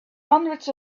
hundreds